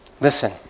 Listen